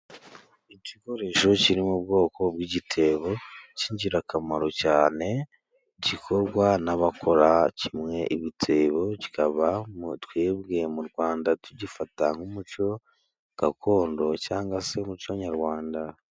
Igikoresho kiri mu bwoko bw'igitebo cy'ingirakamaro cyane, gikorwa n'abakora kimwe ibitebo, kikaba twebwe mu Rwanda tugifata nk'umuco gakondo, cyangwag se umuco nyarwanda.